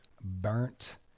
burnt